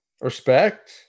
Respect